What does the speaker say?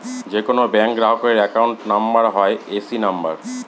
যে কোনো ব্যাঙ্ক গ্রাহকের অ্যাকাউন্ট নাম্বার হয় এ.সি নাম্বার